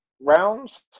rounds